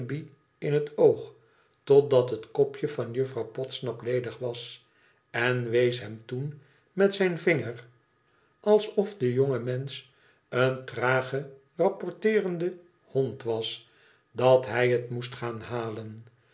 in het oog totdat het kopje van juffrouw podsnap ledig was en wees hem toen met zijn vinger alsof de jonge mensch een trage rapportecrende hond was lat hij het moest gaan halen